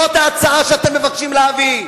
זאת ההצעה שאתם מבקשים להביא.